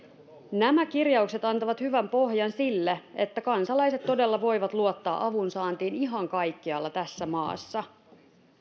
nämä kirjaukset antavat hyvän pohjan sille että kansalaiset todella voivat luottaa avunsaantiin ihan kaikkialla tässä maassa